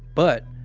but,